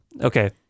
Okay